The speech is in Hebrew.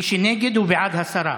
מי שנגד הוא בעד הסרה.